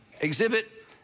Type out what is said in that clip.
Exhibit